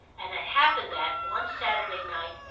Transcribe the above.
and it happened that, one saturday night,